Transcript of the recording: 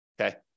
okay